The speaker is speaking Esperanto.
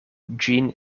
ĝin